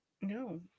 no